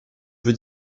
veux